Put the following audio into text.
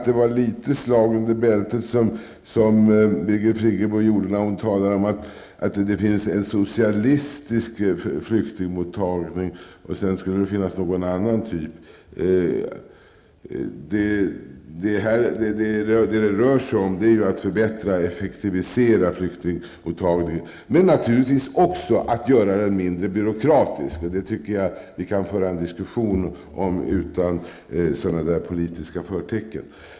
Det var ett slag under bältet från Birgit Friggebo när hon talade om att det finns en socialistisk flyktingmottagning. Sedan skulle det finnas någon annan typ. Det handlar om att förbättra och effektivisera flyktingmottagningen, men naturligtvis också att göra den mindre byråkratisk. Jag anser att vi kan föra en diskussion om detta utan sådana politiska förtecken.